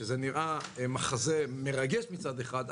שזה נראה מחזה מרגש מצד אחד,